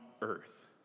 earth